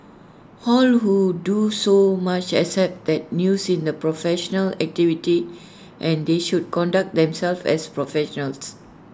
how who do so much accept that news is A professional activity and they should conduct themselves as professionals